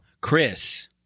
Chris